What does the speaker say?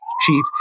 chief